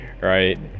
right